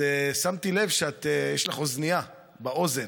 שמתי לב שיש לך אוזנייה באוזן,